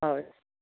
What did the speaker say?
हवस्